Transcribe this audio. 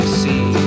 see